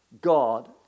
God